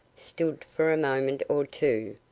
stood for a moment or two,